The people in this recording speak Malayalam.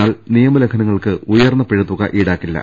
എന്നാൽ നിയമലംഘനങ്ങൾക്ക് ഉയർന്ന പിഴത്തുക ഈടാക്കില്ല